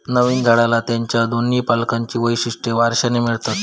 नवीन झाडाला त्याच्या दोन्ही पालकांची वैशिष्ट्ये वारशाने मिळतात